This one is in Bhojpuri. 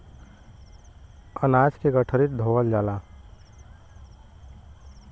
अनाज के गठरी धोवल जाला